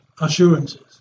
assurances